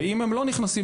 ואם הם לא נכנסים,